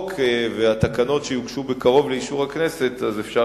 החוק והתקנות שיוגשו בקרוב לאישור הכנסת אפשר